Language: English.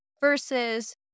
Versus